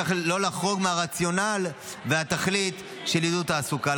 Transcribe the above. צריך לא לחרוג מהרציונל והתכלית של עידוד התעסוקה.